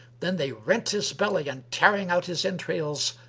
then they rent his belly and tearing out his entrails,